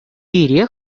пире